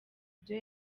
ibyo